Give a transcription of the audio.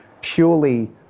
purely